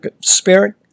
spirit